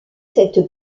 cette